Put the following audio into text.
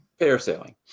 Parasailing